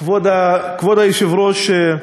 כבוד היושב-ראש,